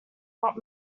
not